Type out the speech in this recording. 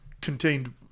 contained